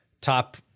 Top